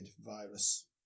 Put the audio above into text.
virus